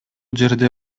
жерде